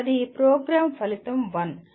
అది ప్రోగ్రామ్ ఫలితం 1